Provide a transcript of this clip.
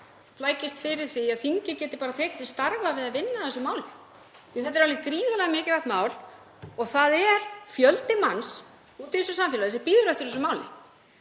flækist ekki fyrir því að þingið geti tekið til starfa við að vinna að þessu máli því að þetta er alveg gríðarlega mikilvægt mál og það er fjöldi manns úti í þessu samfélagi sem bíður eftir þessu máli.